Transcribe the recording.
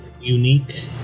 unique